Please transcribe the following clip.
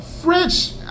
French